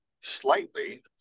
slightly